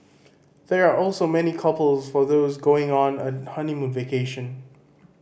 they are also many couples for those going on a honeymoon vacation